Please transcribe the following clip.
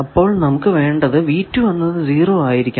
അപ്പോൾ നമുക്ക് വേണ്ടത് V2 എന്നത് 0 ആയിരിക്കണം